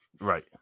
Right